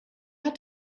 hat